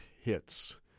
hits